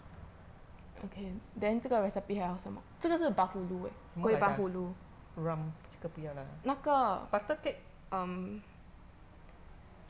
什么来的这个不要啦 butter cake